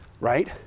right